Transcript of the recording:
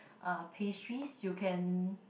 uh pastries you can